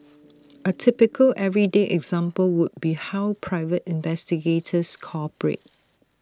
A typical everyday example would be how private investigators cooperate